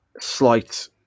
Slight